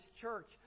church